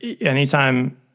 anytime